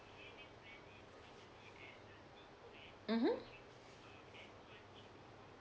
mmhmm